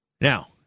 Now